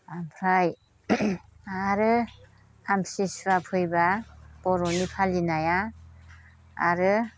आमफ्राय आरो आमसि सुवा फैबा बर'नि फालिनाया आरो